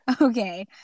okay